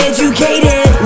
Educated